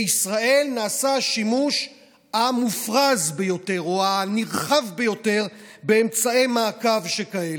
בישראל נעשה השימוש המופרז ביותר או הנרחב ביותר באמצעי מעקב שכאלה.